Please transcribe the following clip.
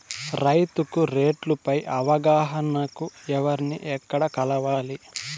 రైతుకు రేట్లు పై అవగాహనకు ఎవర్ని ఎక్కడ కలవాలి?